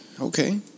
okay